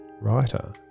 writer